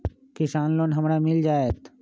किसान लोन हमरा मिल जायत?